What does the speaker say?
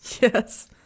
Yes